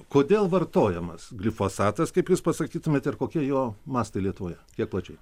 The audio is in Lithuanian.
kodėl vartojamas glifosatas kaip jūs pasakytumėte ir kokie jo mastai lietuvoje kiek plačiau